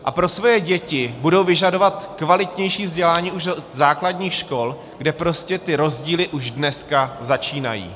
A pro svoje děti budou vyžadovat kvalitnější vzdělání už od základních škol, kde prostě ty rozdíly už dneska začínají.